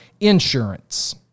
insurance